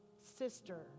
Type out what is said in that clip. sister